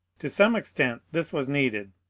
to some ex tent this was needed,